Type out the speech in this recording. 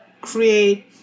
create